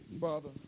Father